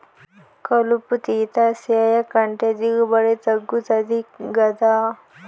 కలుపు తీత సేయకంటే దిగుబడి తగ్గుతది గదా